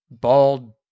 bald